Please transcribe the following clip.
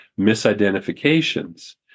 misidentifications